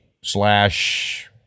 slash